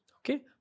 Okay